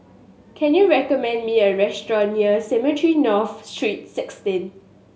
can you recommend me a restaurant near Cemetry North Street Sixteen